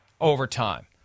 overtime